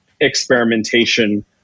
experimentation